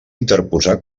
interposar